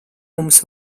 mums